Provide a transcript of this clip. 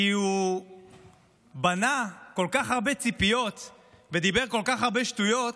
כי הוא בנה כל כך הרבה ציפיות ודיבר כל כך הרבה שטויות